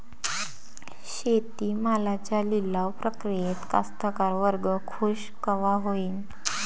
शेती मालाच्या लिलाव प्रक्रियेत कास्तकार वर्ग खूष कवा होईन?